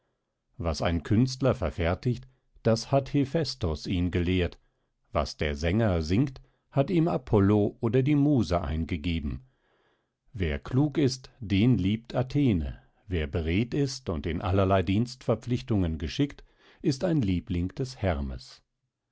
was ein künstler verfertigt das hat hephästos ihn gelehrt was der sänger singt hat ihm apollo oder die muse eingegeben wer klug ist den liebt athene wer beredt ist und in allerlei dienstverrichtungen geschickt ist ein liebling des hermes